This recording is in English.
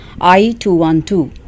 I-212